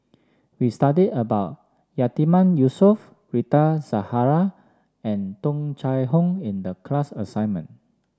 we studied about Yatiman Yusof Rita Zahara and Tung Chye Hong in the class assignment